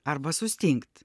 arba sustingt